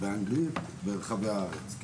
באנגלית ברחבי הארץ.